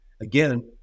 Again